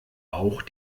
auch